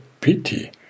pity